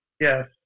Yes